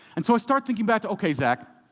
and so i start thinking back okay, zach,